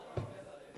תודה רבה.